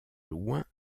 loin